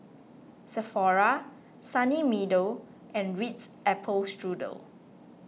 Sephora Sunny Meadow and Ritz Apple Strudel